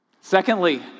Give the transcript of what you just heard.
Secondly